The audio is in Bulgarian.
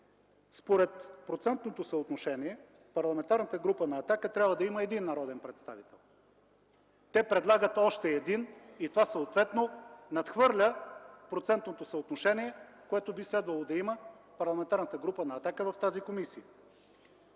според процентното съотношение, Парламентарната група на „Атака” трябва да има един народен представител, те предлагат още един и това съответно надхвърля процентното съотношение, което би следвало да има Парламентарната група на „Атака” в тази комисия.